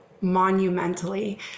monumentally